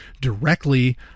directly